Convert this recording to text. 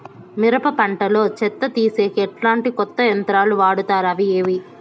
మిరప పంట లో చెత్త తీసేకి ఎట్లాంటి కొత్త యంత్రాలు వాడుతారు అవి ఏవి?